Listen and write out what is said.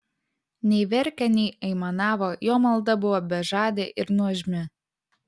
nei verkė nei aimanavo jo malda buvo bežadė ir nuožmi